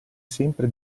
sempre